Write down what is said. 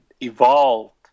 evolved